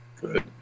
Good